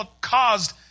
caused